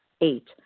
Eight